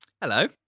Hello